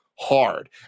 hard